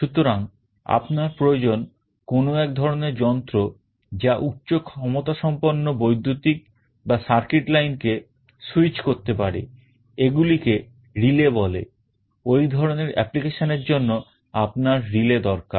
সুতরাং আপনার প্রয়োজন কোন এক ধরনের যন্ত্র যা উচ্চক্ষমতা সম্পন্ন বৈদ্যুতিক বা circuit line কে switch করতে পারে এগুলিকে relay বলে ওই ধরনের অ্যাপ্লিকেশনের জন্য আপনার relay দরকার